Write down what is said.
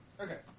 Okay